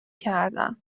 کردم